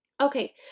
Okay